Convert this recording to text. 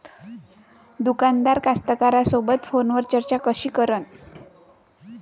दुकानदार कास्तकाराइसोबत फोनवर चर्चा कशी करन?